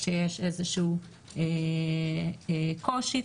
כשיש קושי,